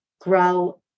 grow